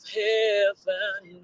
heaven